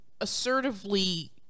assertively